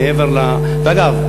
ואגב,